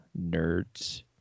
nerds